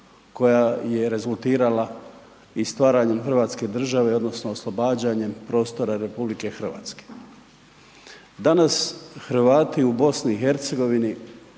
koja je rezultirala i stvaranjem hrvatske države odnosno oslobađanjem prostora RH. Danas Hrvati u BiH